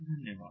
धन्यवाद